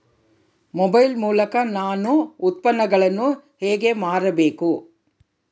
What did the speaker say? Mobile ಮೂಲಕ ನಾನು ಉತ್ಪನ್ನಗಳನ್ನು ಹೇಗೆ ಮಾರಬೇಕು?